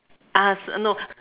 ah so no